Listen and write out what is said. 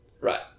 Right